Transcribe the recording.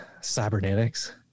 cybernetics